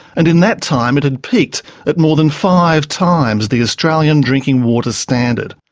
and in that time it had peaked at more than five times the australian drinking water standard.